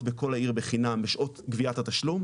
בכל העיר בחינם בשעות גביית התשלום,